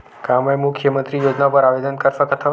का मैं मुख्यमंतरी योजना बर आवेदन कर सकथव?